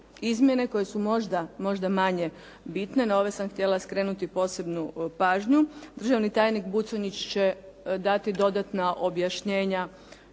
izmjene koje su možda manje bitne, na ove sam htjela skrenuti posebnu pažnju. Državni tajnik Buconjić će dati dodatna objašnjenja